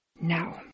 Now